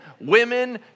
women